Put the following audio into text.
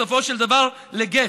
בסופו של דבר, לגט.